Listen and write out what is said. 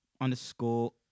underscore